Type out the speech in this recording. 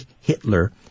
Hitler